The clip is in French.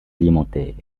alimentaire